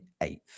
eighth